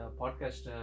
podcast